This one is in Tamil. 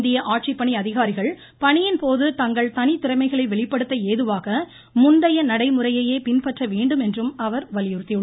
இந்திய ஆட்சிப்பணி அதிகாரிகள் பணியின் போது தங்கள் தனித் திறமைகளை வெளிப்படுத்த ஏதுவாக முந்தைய நடைமுறையையே பின்பற்ற வேண்டும் என்றும் அவர் வலியுறுத்தியுள்ளார்